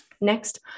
Next